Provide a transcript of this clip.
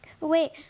Wait